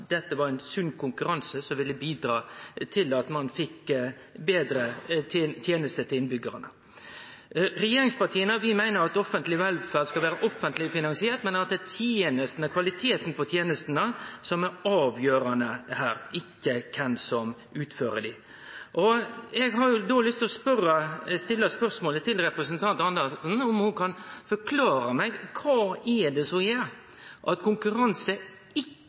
dette var ein sunn konkurranse som ville bidra til at ein fekk betre tenester til innbyggarane. Regjeringspartia meiner at offentleg velferd skal vere offentleg finansiert, men at det er kvaliteten på tenestene som er avgjerande her, ikkje kven som utfører dei. Eg har då lyst til å stille spørsmålet til representanten Andersen: Kan ho forklare meg kva det er som gjer at konkurranse ikkje